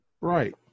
Right